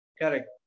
Correct